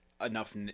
enough